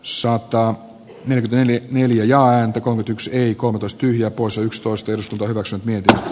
s saattaa merkitä yli miljoona ääntä kovetykseen kohotustyy ja poissa yksitoista corso niitä j